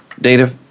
data